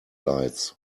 lights